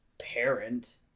parent